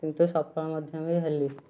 କିନ୍ତୁ ସଫଳ ମଧ୍ୟ ବି ହେଲି